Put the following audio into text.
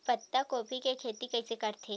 पत्तागोभी के खेती कइसे करथे?